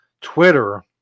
Twitter